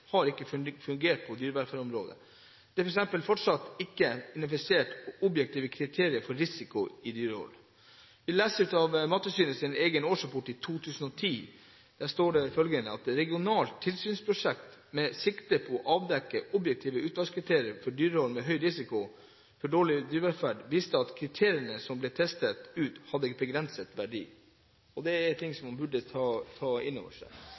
har ikke fungert på dyrevelferdsområdet. Det er f.eks. fortsatt ikke identifisert objektive kriterier for risiko i dyrehold. Vi leser i Mattilsynets egen årsrapport i 2010 følgende: «Regionalt tilsynsprosjekt med sikte på å avdekke objektive utvalgskriterier for dyrehold med høy risiko for dårlig dyrevelferd, viste at kriteriene som ble testet ut hadde begrenset verdi.» Det er ting som man burde ta inn over seg.